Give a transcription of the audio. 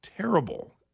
Terrible